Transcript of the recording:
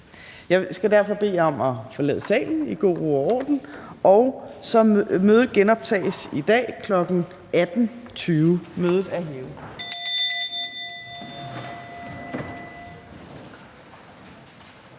Jeg skal derfor bede jer om at forlade salen i god ro og orden. Mødet genoptages i dag kl. 18.20. Mødet er udsat.